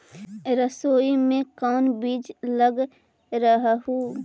सरसोई मे कोन बीज लग रहेउ?